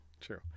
true